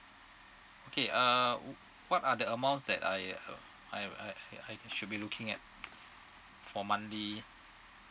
okay uh what are the amounts that I uh I uh I I should be looking at for monthly